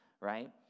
right